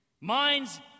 Minds